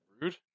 Rude